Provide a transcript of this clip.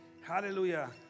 Hallelujah